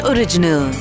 Original